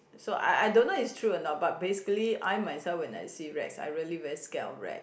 so I I don't know its true or not but basically I myself when I see rats I really very scared of rats